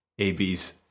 AB's